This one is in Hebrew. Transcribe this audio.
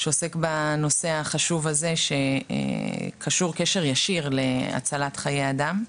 שעוסק בנושא החשוב הזה שקשור קשר ישיר להצלת חיי אדם.